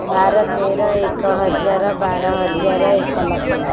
ବାର ତେର ଏକ ହଜାର ବାର ହଜାର ଏକ ଲକ୍ଷ